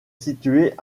située